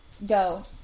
Go